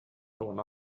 going